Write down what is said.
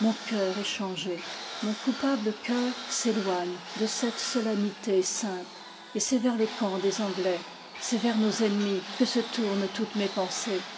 mon cœur est changé mon coupable coeur s'éloigne de cette solennité sainte et c'est vers lecamp des anglais c'est vers nos ennemis que se tournent toutes mes pensées